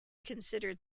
considered